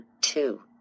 two